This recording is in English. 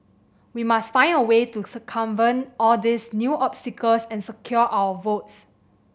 we must find a way to circumvent all these new obstacles and secure our votes